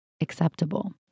acceptable